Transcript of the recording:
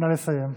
נא לסיים.